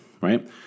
right